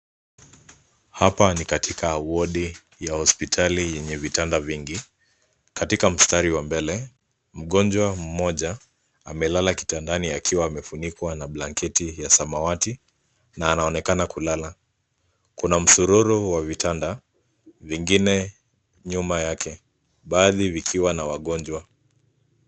Hapa ni katika wodi ya hospitali yenye vitanda vingi. Katika mstari wa mbele, mgonjwa mmoja amelala kitandani akiwa amefunikwa na blanketi ya samawati na anaonekana kulala. Kuna msururu wa vitanda, vingine nyuma yake baadhi vikiwa na wagonjwa.